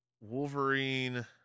Wolverine